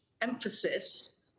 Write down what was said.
emphasis